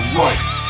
right